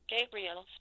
Gabriel